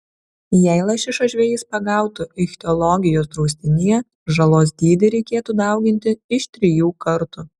jei lašišą žvejys pagautų ichtiologijos draustinyje žalos dydį reikėtų dauginti iš trijų kartų